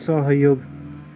सहयोग